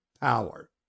power